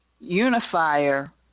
Unifier